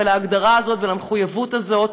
להגדרה הזאת ולמחויבות הזאת,